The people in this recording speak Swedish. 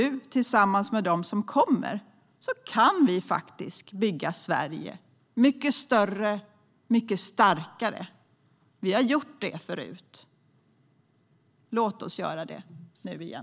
Tillsammans med dem som nu kommer kan vi faktiskt bygga Sverige mycket större och starkare. Vi har gjort det förut. Låt oss göra det igen.